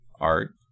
art